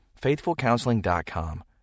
FaithfulCounseling.com